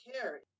care